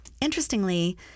Interestingly